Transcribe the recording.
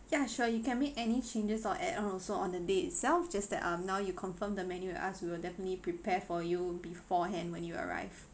ya sure you can make any changes or add on also on the day itself just that uh now you confirmed the menu with us we will definitely prepare for you beforehand when you arrive